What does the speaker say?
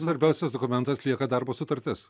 svarbiausias dokumentas lieka darbo sutartis